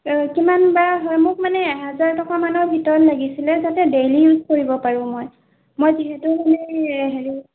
এ কিমান বা হয় মোক মানে এহেজাৰ টকা মানৰ ভিতৰত লাগিছিলে যাতে ডেইলি ইউজ কৰিব পাৰোঁ মই মই যিহেতু মানে হেৰি